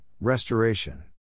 restoration